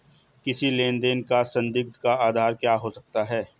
किसी लेन देन का संदिग्ध का आधार क्या हो सकता है?